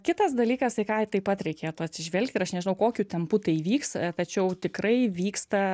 kitas dalykas į ką taip pat reikėtų atsižvelgti ir aš nežinau kokiu tempu tai įvyks tačiau tikrai vyksta